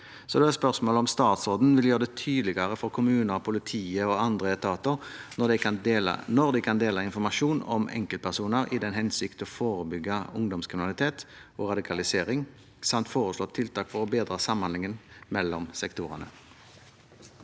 Da er spørsmålet om statsråden vil gjøre det tydeligere for kommuner, politiet og andre etater når de kan dele informasjon om enkeltpersoner i den hensikt å forebygge ungdomskriminalitet og radikalisering, samt foreslå tiltak for å bedre samhandlingen mellom sektorene.